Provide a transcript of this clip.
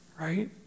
right